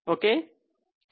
ok